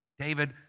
David